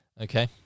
Okay